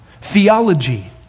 Theology